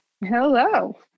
Hello